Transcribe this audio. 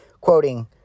Quoting